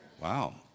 Wow